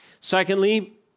Secondly